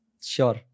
Sure